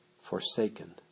forsaken